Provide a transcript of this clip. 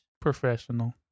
Professional